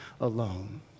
alone